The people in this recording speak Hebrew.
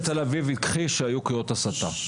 תל אביב הכחיש שהיו שם קריאות הסתה.